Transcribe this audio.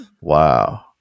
Wow